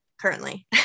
currently